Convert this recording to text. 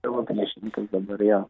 tavo priešininkas dabar jo